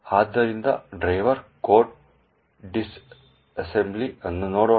ಆದ್ದರಿಂದ ಡ್ರೈವರ್ ಕೋಡ್ನ ಡಿಸ್ಅಸೆಂಬಲ್ ಅನ್ನು ನೋಡೋಣ